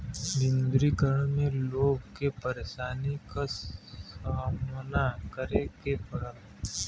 विमुद्रीकरण में लोग के परेशानी क सामना करे के पड़ल